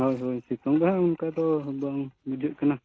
ᱦᱳᱭ ᱦᱳᱭ ᱥᱤᱛᱩᱝ ᱫᱚ ᱦᱟᱜ ᱱᱚᱝᱠᱟ ᱫᱚ ᱵᱟᱝ ᱵᱩᱡᱩᱜ ᱠᱟᱱᱟ